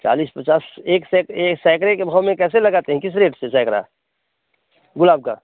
चालीस पचास एक सेक एक सैकड़े के भाव में कैसे लगाते हैं किस रेट से सैकड़ा गुलाब का